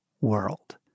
world